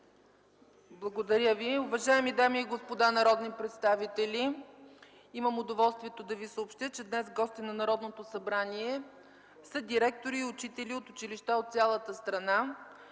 Благодаря Ви. Уважаеми дами и господа народни представители! Имам удоволствието да ви съобщя, че днес гости на Народното събрание са директори и учители от училища от цялата страна.